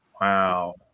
Wow